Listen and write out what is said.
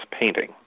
painting